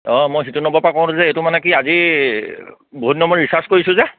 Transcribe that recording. অঁ মই সিটো নম্বৰৰ পৰা কৰোঁ যে এইটো মানে কি আজি বহুত দিনৰ মূৰত ৰিচাৰ্চ কৰিছোঁ যে